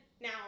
now